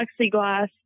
plexiglass